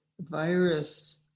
virus